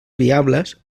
viables